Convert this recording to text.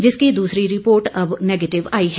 जिसकी दूसरी रिर्पोट अब नेगेटिव आई है